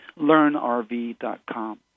LearnRV.com